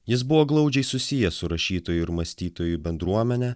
jis buvo glaudžiai susijęs su rašytojų ir mąstytojų bendruomene